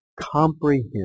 comprehend